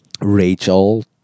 Rachel